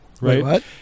right